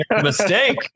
Mistake